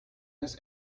this